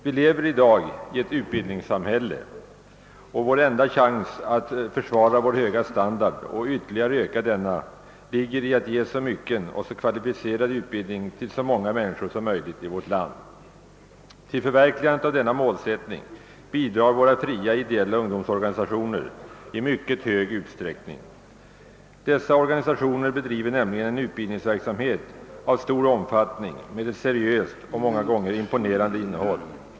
Vi lever i dag i ett utbildningssamhälle, och vår enda chans att försvara vår höga standard och ytterligare öka denna ligger i att ge så mycken och så kvalificerad utbildning till så många människor som möjligt i vårt land. Till förverkligandet av denna målsättning bidrar våra fria ideella ungdomsorganisationer i mycket stor utsträckning. Dessa organisationer bedriver nämligen en utbildningsverksamhet av stor omfattning med ett seriöst och många gånger imponerande innehåll.